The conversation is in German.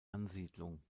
ansiedlung